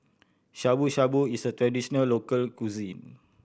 Shabu Shabu is a traditional local cuisine